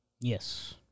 Yes